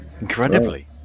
incredibly